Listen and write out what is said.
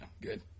Good